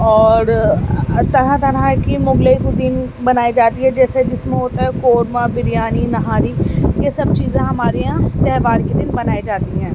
اور طرح طرح کی مغلئی کزن بنائی جاتی ہے جیسے جس میں ہوتا ہے قورمہ بریانی نہاری یہ سب چیزیں ہمارے یہاں تہوار کے دن بنائی جاتی ہیں